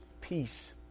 peace